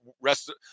rest